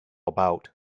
about